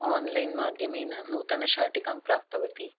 ओन्लैन्माध्यमेन नूतनां शाटिकां प्राप्तवती